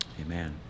Amen